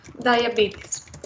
diabetes